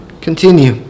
continue